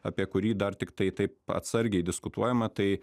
apie kurį dar tiktai taip atsargiai diskutuojama tai